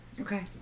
Okay